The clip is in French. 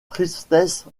tristesse